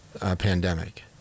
pandemic